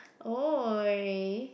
!oi!